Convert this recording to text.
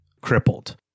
crippled